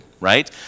right